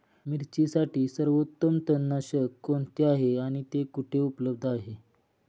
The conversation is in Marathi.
मिरचीसाठी सर्वोत्तम तणनाशक कोणते आहे आणि ते कुठे उपलब्ध आहे?